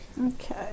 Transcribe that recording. Okay